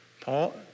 Paul